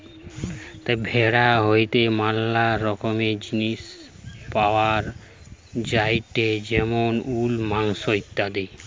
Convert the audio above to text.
ভেড়া হইতে ম্যালা রকমের জিনিস পাওয়া যায়টে যেমন উল, মাংস ইত্যাদি